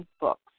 books